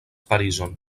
parizon